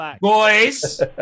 boys